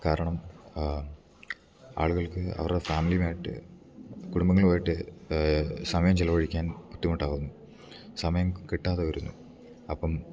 കാരണം ആളുകൾക്ക് അവരുടെ ഫാമിലിയുമായിട്ട് കുടുംബങ്ങളായിട്ട് സമയം ചിലവഴിക്കാൻ ബുദ്ധിമുട്ടാകുന്നു സമയം കിട്ടാതെ വരുന്നു അപ്പം